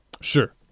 Sure